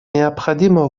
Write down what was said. необходимо